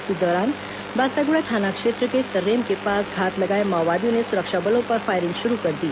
इसी दौरान बासागुड़ा थाना क्षेत्र के तररेम के पास घात लगाए माओवादियों ने सुरक्षा बलों पर फायरिंग शुरू कर दी